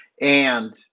And-